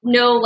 no